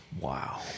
Wow